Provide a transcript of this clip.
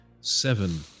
seven